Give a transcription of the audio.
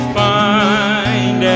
find